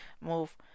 move